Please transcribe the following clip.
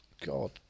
God